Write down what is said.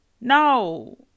No